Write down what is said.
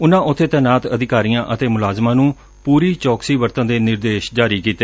ਉਨੂਾ ਉੱਬੇ ਤਾਇਨਾਤ ਅਧਿਕਾਰੀਆਂ ਅਤੇ ਮੁਲਾਜ਼ਮਾਂ ਨੂੰ ਪੂਰੀ ਚੌਕਸੀ ਵਰਤਣ ਦੇ ਨਿਰਦੇਸ਼ ਜਾਰੀ ਕੀਤੇ